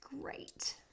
great